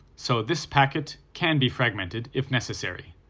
so this packet can be fragmented, if necessary.